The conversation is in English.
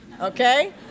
okay